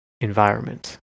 environment